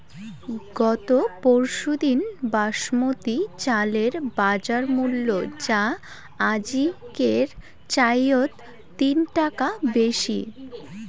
গত পরশুদিন বাসমতি চালের বাজারমূল্য যা আজিকের চাইয়ত তিন টাকা বেশি